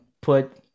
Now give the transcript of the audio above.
put